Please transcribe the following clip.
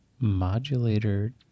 Modulator